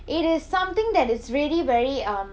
it is something that is really very um